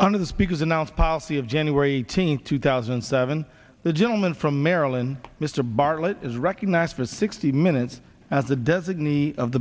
under the speaker's announced policy of january eighteenth two thousand and seven the gentleman from maryland mr bartlett is recognized for sixty minutes as the designee of the